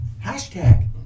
hashtag